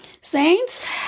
Saints